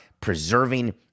preserving